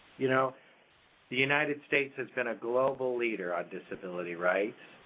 you know the united states has been a global leader on disability rights.